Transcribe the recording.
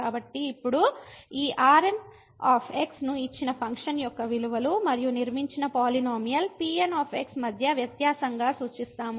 కాబట్టి ఇప్పుడు ఈ Rn ను ఇచ్చిన ఫంక్షన్ యొక్క విలువలు మరియు నిర్మించిన పాలినోమియల్ Pn మధ్య వ్యత్యాసంగా సూచిస్తాము